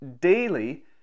daily